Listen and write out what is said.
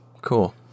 cool